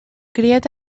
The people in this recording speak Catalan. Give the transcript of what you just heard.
criat